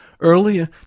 earlier